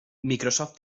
microsoft